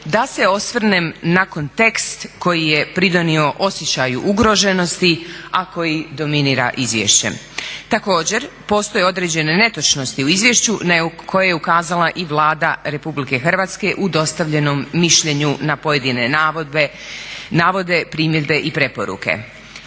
da se osvrnem na kontekst koji je pridonio osjećaju ugroženosti, a koji dominira izvješćem. Također, postoje određene netočnosti u izvješću na koje je ukazala i Vlada Republike Hrvatske u dostavljenom mišljenju na pojedine navode, primjedbe i preporuke.